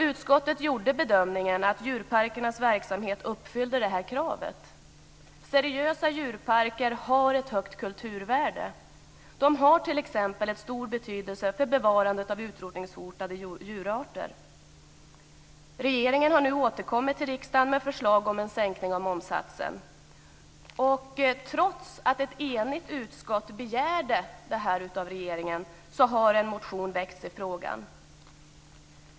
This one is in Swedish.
Utskottet gjorde bedömningen att djurparkernas verksamhet uppfyllde det här kravet. Seriösa djurparker har ett högt kulturvärde. De har t.ex. en stor betydelse för bevarandet av utrotningshotade djurarter. Regeringen har nu återkommit till riksdagen med förslag om en sänkning av momssatsen. Trots att ett enigt utskott begärde det här av regeringen har en motion väckts i frågan.